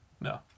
No